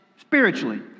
spiritually